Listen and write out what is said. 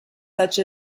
such